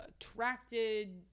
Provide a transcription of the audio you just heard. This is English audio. attracted